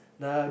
the